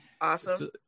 awesome